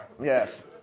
Yes